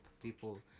people